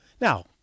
Now